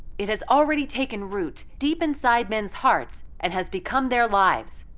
it has already taken root deep inside men's hearts and has become their lives.